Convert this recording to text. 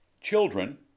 Children